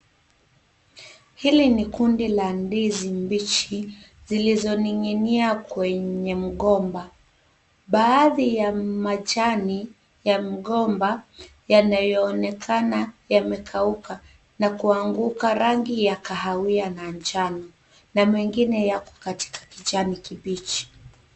Hili ni kundi la ndizi mbichi zilizoning'inia kwenye mgomba, baadhi ya majani ya mgomba yanayoonekana yamekauka na kuanguka rangi ya kahawia na njano na mengine yako katika kijani kibichi.